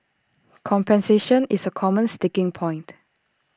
compensation is A common sticking point